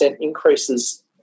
increases